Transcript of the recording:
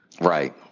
Right